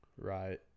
Right